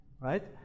Right